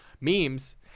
memes